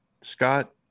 Scott